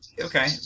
Okay